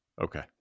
Okay